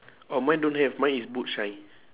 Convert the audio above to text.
oh mine don't have mine is boot shine